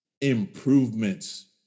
improvements